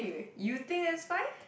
you think that's fine